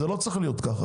זה לא צריך להיות ככה.